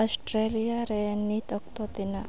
Australia ᱨᱮ ᱱᱤᱛ ᱚᱠᱛᱚ ᱛᱤᱱᱟᱹᱜ